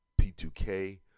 P2K